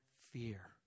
fear